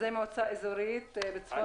זו מועצה אזורית בצפון.